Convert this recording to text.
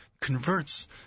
converts